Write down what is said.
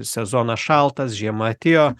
sezonas šaltas žiema atėjo